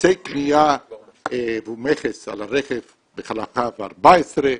מסי קנייה ומכס על הרכב וחלקיו 14,